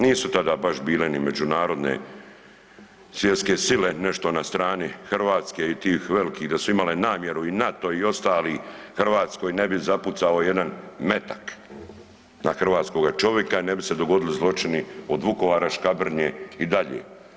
Nisu tada baš bile ni međunarodne svjetske sile nešto na strani Hrvatske i tih velikih da su imale namjeru i NATO i ostali u Hrvatskoj ne bi zapucao jedan metak na hrvatskoga čovika, ne bi se dogodili zločini od Vukovara, Škabrnje i dalje.